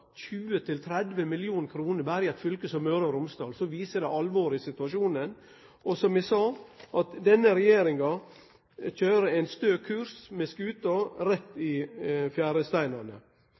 berre i eit fylke som Møre og Romsdal, viser det alvoret i situasjonen. Som eg sa, denne regjeringa køyrer skuta med stø kurs rett i fjæresteinane. I